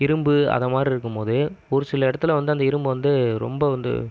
இரும்பு அது மாதிரி இருக்கும்போது ஒரு சில இடத்துல வந்து அந்த இரும்பு வந்து ரொம்ப வந்து